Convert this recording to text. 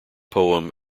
poem